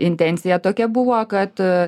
intencija tokia buvo kad